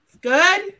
good